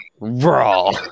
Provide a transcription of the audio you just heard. Raw